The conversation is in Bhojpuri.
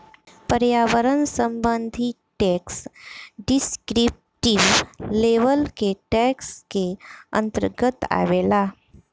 पर्यावरण संबंधी टैक्स डिस्क्रिप्टिव लेवल के टैक्स के अंतर्गत आवेला